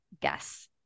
guess